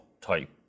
type